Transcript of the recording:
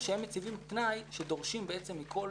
שהם מציבים תנאי שדורשים בעצם מכל